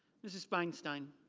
mrs. feinstein.